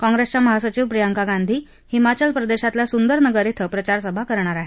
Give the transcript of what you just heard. काँग्रेसच्या महासचिव प्रियांका गांधी हिमाचल प्रदेशातल्या सुंदरनगर क्रें प्रचार करणार आहेत